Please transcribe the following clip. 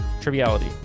Triviality